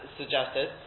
suggested